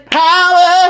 power